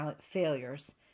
failures